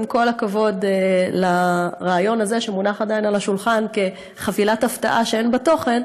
עם כל הכבוד לרעיון הזה שמונח על השולחן כחבילת הפתעה שאין בה תוכן,